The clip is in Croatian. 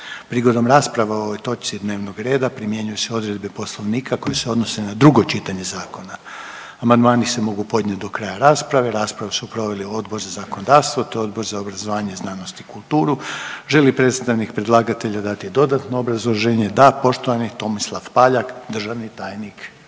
Prigodom rasprave o ovoj točci dnevnog reda primjenjuju se odredbe Poslovnika koje se odnose na drugo čitanje zakona. Amandmani se mogu podnijeti do kraja rasprave. Raspravu su proveli Odbor za zakonodavstvo te Odbor za obrazovanje, znanost i kulturu. Želi li predstavnik predlagatelja dati dodatno obrazloženje? Da. Poštovani Tomislav Paljak, državni tajnik